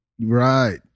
right